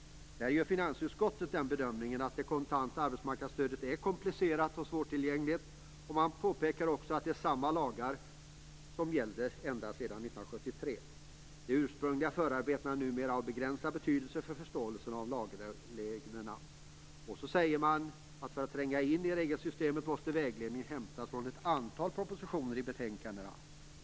Där gör finansutskottet bedömningen: "Det kontanta arbetsmarknadsstödet är komplicerat och svårtillgängligt." Man påpekar också att det är samma lagar som har gällt ända sedan 1973. De ursprungliga förarbetena är numera av begränsad betydelse för förståelsen av lagreglerna. Och så säger man att för att tränga in i regelsystemet måste vägledning hämtas från behandlingen av ett antal propositioner i betänkandena.